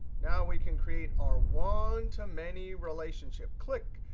now we can create our one-to-many relationship. click,